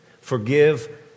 Forgive